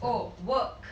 oh work